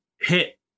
hit